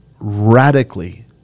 radically